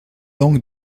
donc